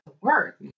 work